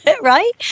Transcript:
Right